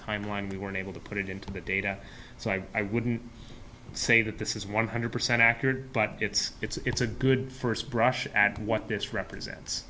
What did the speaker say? timeline we were unable to put it into the data so i wouldn't say that this is one hundred percent accurate but it's it's a good first brush at what this represents